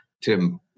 Tim